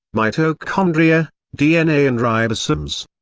mitochondria, dna and ribosomes.